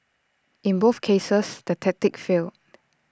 in both cases the tactic failed